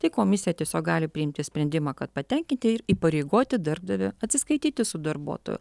tai komisija tiesiog gali priimti sprendimą kad patenkinti ir įpareigoti darbdavį atsiskaityti su darbuotoju